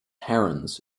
herons